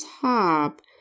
top